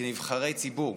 כנבחרי ציבור.